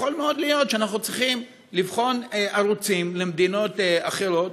יכול מאוד להיות שאנחנו צריכים לבחון ערוצים למדינות אחרות